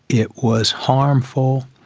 it was harmful,